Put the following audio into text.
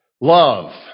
Love